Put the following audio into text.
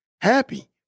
happy